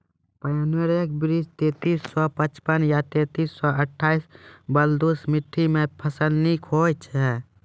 Pioneer बीज तेंतीस सौ पचपन या तेंतीस सौ अट्ठासी बलधुस मिट्टी मे फसल निक होई छै?